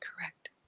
Correct